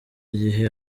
gihe